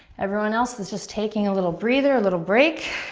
everyone else is just taking a little breather, a little break.